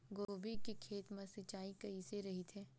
गोभी के खेत मा सिंचाई कइसे रहिथे?